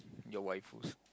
your wife